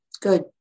Good